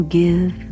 give